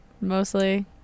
Mostly